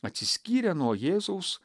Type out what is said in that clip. atsiskyrę nuo jėzaus